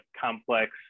complex